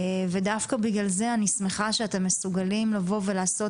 דווקא בגלל זה אני שמחה שאתם מסוגלים לעשות